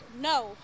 no